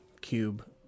cube